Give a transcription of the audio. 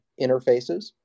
interfaces